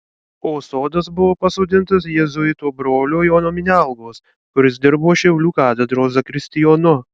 o sodas buvo pasodintas jėzuito brolio jono minialgos kuris dirbo šiaulių katedros zakristijonu